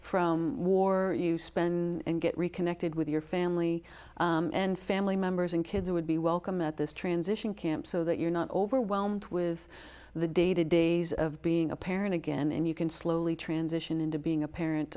from war you spend and get reconnected with your family and family members and kids would be welcome at this camp so that you're not overwhelmed with the day to days of being a parent again and you can slowly transition into being a parent